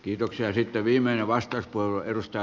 kiitoksia että viimeinen vastaiskulla hylätä